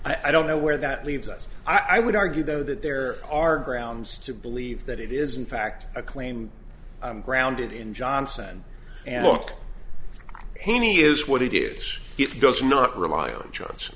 o i don't know where that leaves us i would argue though that there are grounds to believe that it is in fact a claim i'm grounded in johnson and look hany is what it is it does not rely on